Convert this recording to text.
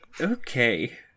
Okay